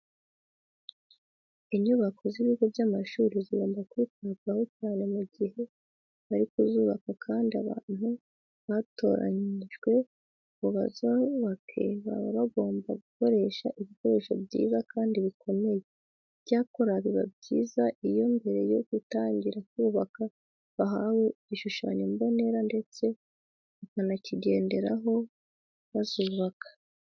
Inyubako z'ibigo by'amashuri zigomba kwitabwaho cyane mu gihe bari kuzubaka kandi abantu batoranyijwe ngo bazubake baba bagomba gukoresha ibikoresho byiza kandi bikomeye. Icyakora biba byiza iyo mbere yo gutangira kubaka bahawe igishushanyo mbonera ndetse bakanakigenderaho bazubaka.